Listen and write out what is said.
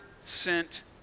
sent